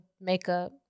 makeup